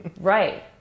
right